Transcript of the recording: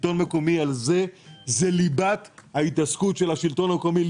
זאת ליבת ההתעסקות של השלטון המקומי,